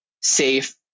safe